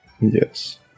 Yes